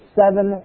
seven